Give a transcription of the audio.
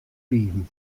fiven